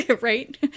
Right